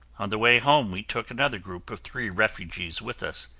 on the way home, we took another group of three refugees with us.